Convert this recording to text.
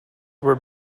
were